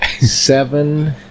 seven